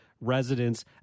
residents